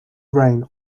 rain